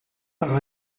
par